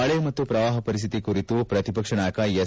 ಮಳೆ ಮತ್ತು ಪ್ರವಾಪ ಪರಿಶ್ಥಿತಿ ಕುರಿತು ಪ್ರತಿಪಕ್ಷ ನಾಯಕ ಎಸ್